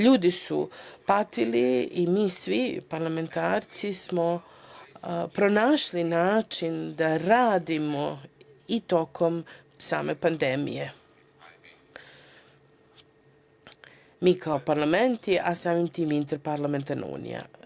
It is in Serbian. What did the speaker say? Ljudi su patili i mi svi parlamentarci smo pronašli način da radimo i tokom same pandemije, mi kao parlament, a samim tim i Interparlamentarna unija.